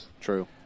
True